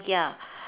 ya